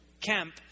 camp